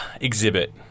Exhibit